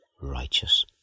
righteous